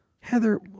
Heather